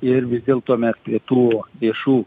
ir vis dėlto mes prie tų viešų